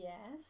Yes